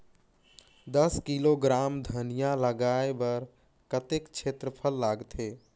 दस किलोग्राम धनिया लगाय बर कतेक क्षेत्रफल लगथे?